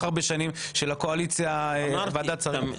הרבה שנים של הקואליציה וועדת שרים?